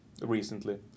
recently